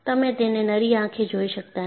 તમે તેને નરી આંખે જોઈ શકતા નથી